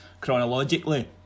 chronologically